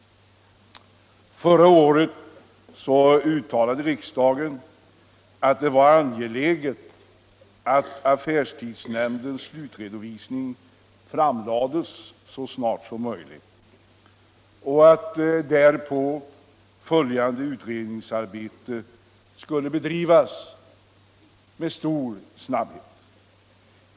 Förra året uttalade riksdagen att det var angeläget att affärstidsnämndens slutredovisning framlades så snart som möjligt och att därpå följande utredningsarbete bedrevs med stor snabbhet.